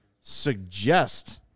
suggest